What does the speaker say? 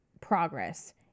progress